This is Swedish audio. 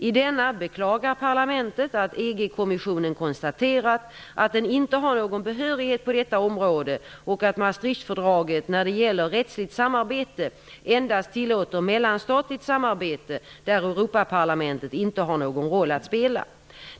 I denna beklagar parlamentet att EG kommissionen konstaterat att den inte har någon behörighet på detta område och att Maastrichtfördraget när det gäller rättsligt samarbete endast tillåter mellanstatligt samarbete, där Europaparlamentet inte har någon roll att spela.